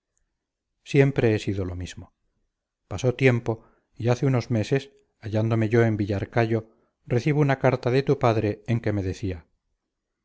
siempre he sido lo mismo pasó tiempo y hace unos meses hallándome yo en villarcayo recibo una carta de tu padre en que me decía